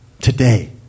today